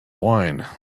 wine